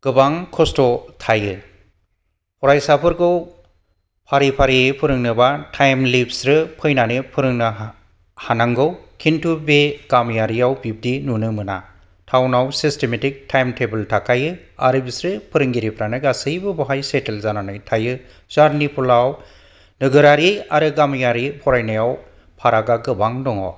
गोबां खस्थ' थायो फरायसाफोरखौ फारि फारियै फोरोंनोबा टाइमलि बिसोरो फोरोंनानै हानांगौ खिन्थु बे गामियारियाव बिबाइदि नुनो मोना टाउनाव सिस्टेमेटिक टाइमटेबल थाखायो आरो बिसोरो फोरोंगिरिफ्रानो गासैबो बहाय सेटल जानानै थायो जार्निफुलाव नोगोरारि आरो गामियारि फरायनायाव फारागा गोबां दङ